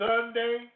Sunday